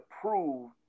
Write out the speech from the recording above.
prove